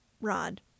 Rod